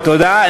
תודה.